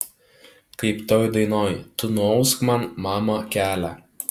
kaip toj dainoj tu nuausk man mama kelią